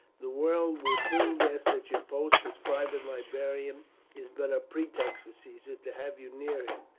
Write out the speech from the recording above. the world will soon guess that your post as private librarian is but a pretext for caesar to have you near him.